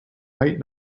might